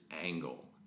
angle